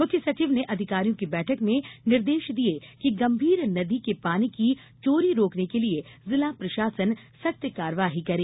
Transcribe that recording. मुख्य सचिव ने अधिकारियों की बैठक में निर्देश दिये कि गंभीर नदी के पानी की चोरी रोकने के लिये जिला प्रशासन सख्त कार्यवाही करे